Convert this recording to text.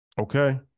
Okay